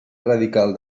radical